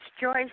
Joyce